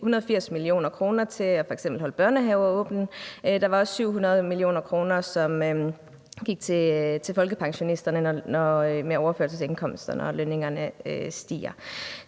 180 mio. kr. til f.eks. at holde børnehaver åbne. Der var også 700 mio. kr., som gik til folkepensionisterne, når overførselsindkomsterne og lønningerne stiger.